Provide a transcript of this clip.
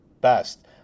best